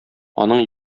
аның